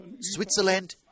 Switzerland